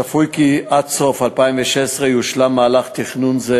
צפוי כי עד סוף 2016 יושלם מהלך תכנון זה